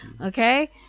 Okay